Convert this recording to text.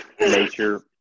nature